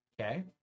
Okay